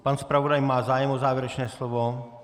Pan zpravodaj má zájem o závěrečné slovo?